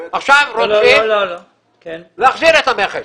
עכשיו רוצים להחזיר את המכס